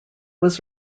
was